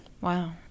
Wow